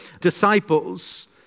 disciples